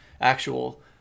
actual